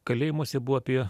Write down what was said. kalėjimuose buvo apie